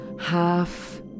half